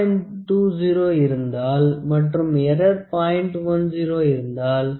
20 இருந்தால் மற்றும் எற்றர் 0